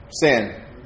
Sin